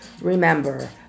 Remember